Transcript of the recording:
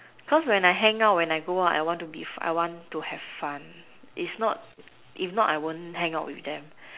cause when I hang out when I go out I want to I want to have fun if not if not I would not hang out with them